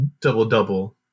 double-double